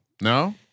No